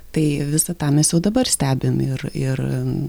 tai visa tą mes jau dabar stebim ir ir